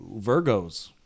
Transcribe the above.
Virgos